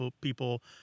people